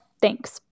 thanks